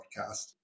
podcast